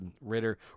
Ritter